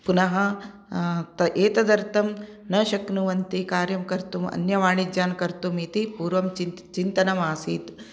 पुनः एतदर्थं न शक्नुवन्ति कार्यं कर्तुं अन्यवाणिज्यान् कर्तुम् इति पूर्वं चिन्त् चिन्तनम् आसीत्